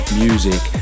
music